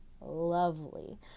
lovely